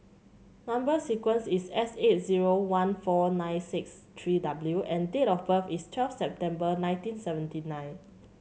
number sequence is S eight zero one four nine six three W and date of birth is twelve September nineteen seventy nine